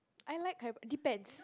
I like karipap depends